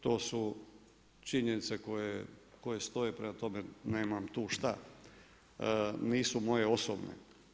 To su činjenice koje stoje, prema tome nemam tu šta, nisu moje osobne.